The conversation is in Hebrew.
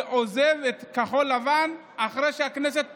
ועוזב את כחול לבן אחרי שהכנסת פוזרה.